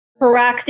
proactive